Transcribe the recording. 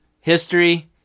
history